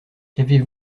qu’avez